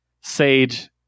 Sage